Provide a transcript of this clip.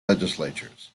legislatures